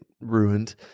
ruined